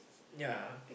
ya